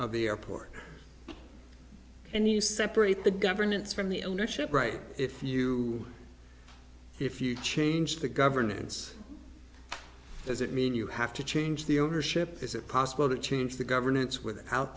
of the airport and you separate the governance from the ownership right if you if you change the governments does it mean you have to change the ownership is it possible to change the governance without